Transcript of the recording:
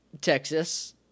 Texas